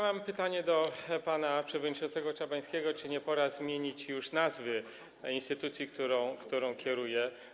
Mam pytanie do pana przewodniczącego Czabańskiego, czy nie pora zmienić już nazwy instytucji, którą kieruje.